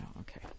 okay